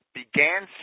began